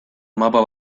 mapa